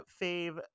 fave